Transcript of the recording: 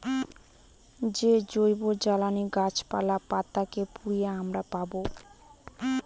যে জৈবজ্বালানী গাছপালা, পাতা কে পুড়িয়ে আমরা পাবো